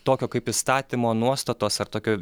tokio kaip įstatymo nuostatos ar tokio